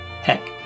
Heck